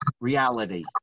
reality